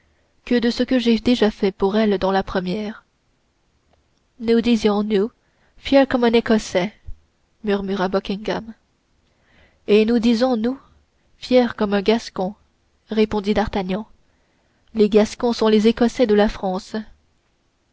que de ce que j'ai déjà fait pour elle dans la première nous disons nous fier comme un écossais murmura buckingham et nous disons nous fier comme un gascon répondit d'artagnan les gascons sont les écossais de la france